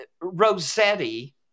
Rossetti